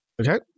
Okay